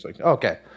Okay